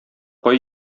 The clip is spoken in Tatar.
кай